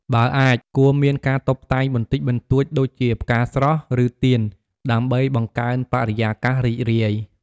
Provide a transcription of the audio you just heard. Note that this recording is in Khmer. បើអាច គួរមានការតុបតែងបន្តិចបន្តួចដូចជា ផ្កាស្រស់ ឬទៀន ដើម្បីបង្កើនបរិយាកាសរីករាយ។